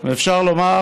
ואפשר לומר